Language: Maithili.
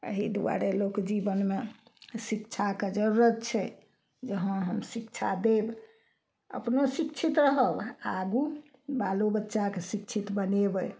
अहि दुआरे लोक जीवनमे शिक्षाके जरूरत छै जे हँ हम शिक्षा देब अपनो शिक्षित रहब आगू बालो बच्चाके शिक्षित बनेबय